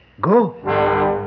Go